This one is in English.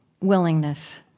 willingness